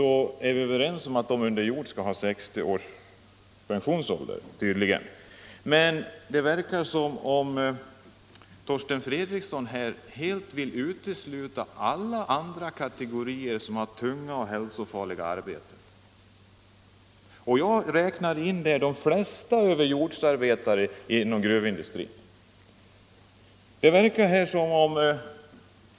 Vi är tydligen överens om att underjordsarbetarna skall få pension vid 60 års ålder. Men det verkar som om herr Fredriksson helt vill utesluta alla andra kategorier som har tunga och hälsofarliga arbeten. Jag räknar där in de flesta överjordsarbetare inom gruvindustrin.